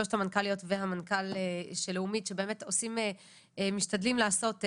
שלושת המנכ"ליות והמנכ"ל של לאומית שבאמת משתדלים לעשות.